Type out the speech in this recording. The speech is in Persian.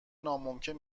ناممکن